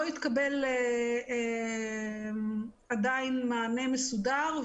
לא התקבל עדיין מענה מסודר.